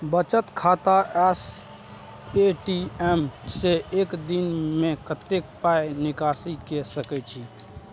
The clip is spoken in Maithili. बचत खाता स ए.टी.एम से एक दिन में कत्ते पाई निकासी के सके छि?